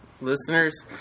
listeners